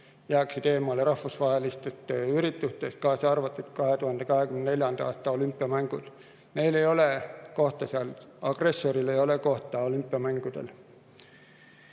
jääksid eemale rahvusvahelistest üritustest, kaasa arvatud 2024. aasta olümpiamängud. Neil ei ole seal kohta, agressoril ei ole kohta olümpiamängudel.